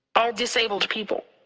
all disabled people.